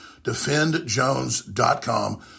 defendjones.com